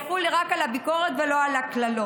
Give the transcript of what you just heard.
כך שזה יחול רק על הביקורת ולא על הקללות.